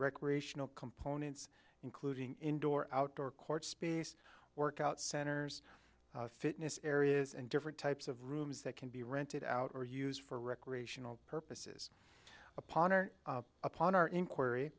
recreational components including indoor outdoor court space workout centers fitness areas and different types of rooms that can be rented out or used for recreational purposes upon or upon our inquir